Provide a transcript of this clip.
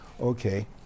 okay